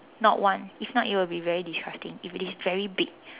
not one if not it will be very disgusting if it is very big